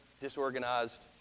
disorganized